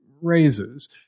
raises